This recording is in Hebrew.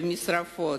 למשרפות,